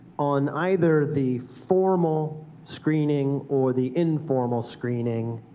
on either the formal screening or the informal screening,